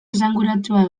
esanguratsua